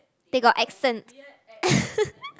they got accent